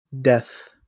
death